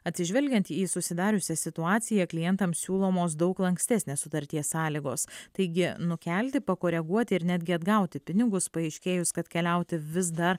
atsižvelgiant į susidariusią situaciją klientam siūlomos daug lankstesnės sutarties sąlygos taigi nukelti pakoreguoti ir netgi atgauti pinigus paaiškėjus kad keliauti vis dar